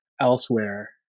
elsewhere